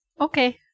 Okay